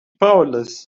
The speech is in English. powerless